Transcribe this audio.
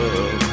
love